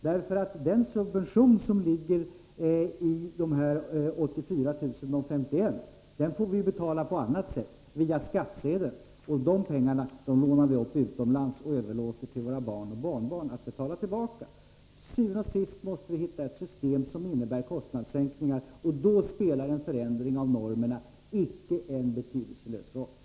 Den del av de 84 000 som är subventionerad får vi betala på annat sätt. Dessa pengar lånar vi nu upp utomlands och överlåter till våra barn och barnbarn att betala tillbaka. Vi måste til syvende og sidst hitta ett system som innebär kostnadssänkningar, och då spelar en förändring av normerna en icke betydelselös roll.